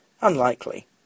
Unlikely